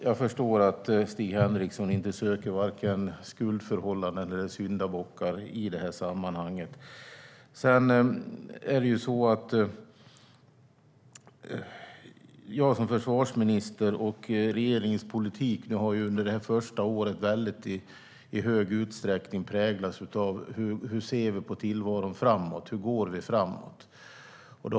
Jag förstår att Stig Henriksson inte söker vare sig skuldförhållanden eller syndabockar. För regeringens politik och för mig som försvarsminister har det här första året i väldigt hög utsträckning präglats av frågan om hur vi ska se på tillvaron framåt - hur går vi framåt?